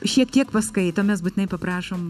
šiek tiek paskaito mes būtinai paprašom